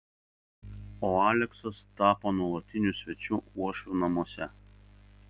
o aleksas tapo nuolatiniu svečiu uošvių namuose